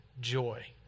joy